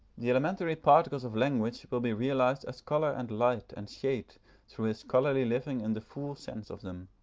the elementary particles of language will be realised as colour and light and shade through his scholarly living in the full sense of them.